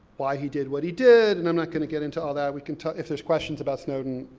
why he did what he did, and i'm not going to get into all that, we can, if there's questions about snowden,